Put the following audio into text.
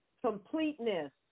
completeness